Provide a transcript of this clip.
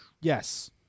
yes